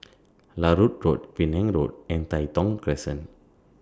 Larut Road Penang Road and Tai Thong Crescent